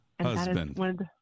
Husband